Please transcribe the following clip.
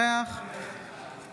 אינו נוכח אחמד טיבי,